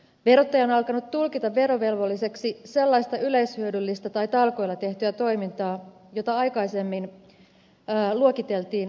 verottaja on alkanut tulkita verovelvolliseksi sellaista yleishyödyllistä tai talkoilla tehtyä toimintaa joka aikaisemmin luokiteltiin yleishyödylliseksi